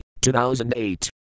2008